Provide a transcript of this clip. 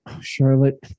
Charlotte